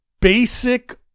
basic